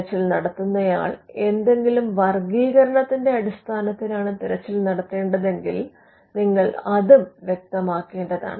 തിരച്ചിൽ നടത്തുന്നയാൾ എന്തെങ്കിലും വർഗ്ഗീകരണത്തിന്റെ അടിസ്ഥാനത്തിലാണ് തിരച്ചിൽ നടത്തേണ്ടത് എങ്കിൽ നിങ്ങൾ അതും വ്യക്തമാക്കേണ്ടതാണ്